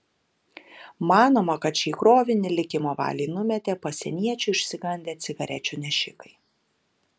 manoma kad šį krovinį likimo valiai numetė pasieniečių išsigandę cigarečių nešikai